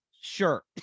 sure